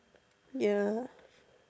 ya